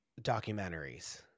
documentaries